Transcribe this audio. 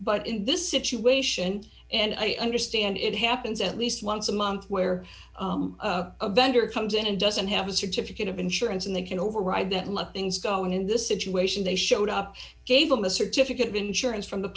but in this situation and i understand it happens at least once a month where a vendor comes in and doesn't have a certificate of insurance and they can override that much things going in the situation they showed up gave them a certificate of insurance from the